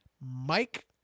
Mike